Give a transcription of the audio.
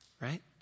Right